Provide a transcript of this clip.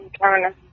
Turner